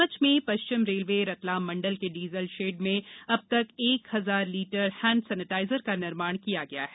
नीमच में पश्चिम रेलवे रतलाम मण्डल के डीजल शेड में अब तक एक हजार लीटर हैण्ड सेनेटाइजर का निर्माण किया गया है